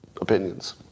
opinions